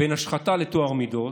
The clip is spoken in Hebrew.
בין השחתה לטוהר המידות.